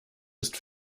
ist